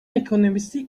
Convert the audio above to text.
ekonomisi